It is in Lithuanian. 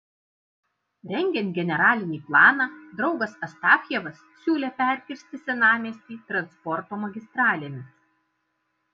rengiant generalinį planą draugas astafjevas siūlė perkirsti senamiestį transporto magistralėmis